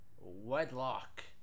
wedlock